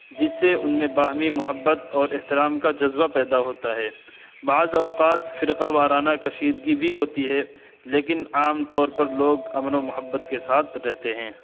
جس سے ان میں باہمی محبت اور احترام کا جذبہ پیدا ہوتا ہے بعض اوقات فرقہ وارانہ کشیدگی بھی ہوتی ہے لیکن عام طور پر لوگ امن و محبت کے ساتھ رہتے ہیں